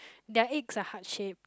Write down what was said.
their eggs are heart shape